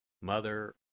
Mother